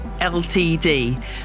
ltd